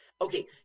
okay